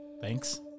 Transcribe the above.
Thanks